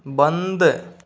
बंद